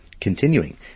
continuing